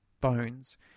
bones